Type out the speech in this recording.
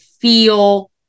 feel